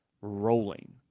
rolling